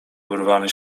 urwany